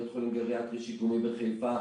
בית חולים גריאטרי שיקומי בחיפה.